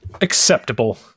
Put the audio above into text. Acceptable